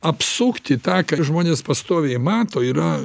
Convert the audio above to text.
apsukti tą ką žmonės pastoviai mato yra